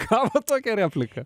gavot tokią repliką